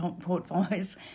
portfolios